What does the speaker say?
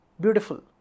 beautiful